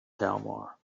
kalmar